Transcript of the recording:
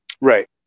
right